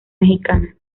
mexicana